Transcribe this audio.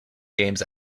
games